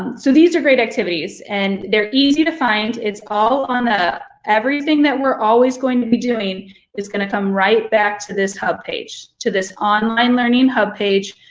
so these are great activities, and they're easy to find. it's all on, ah everything that we're always going to be doing is gonna come right back to this hub page, to this online learning hub page,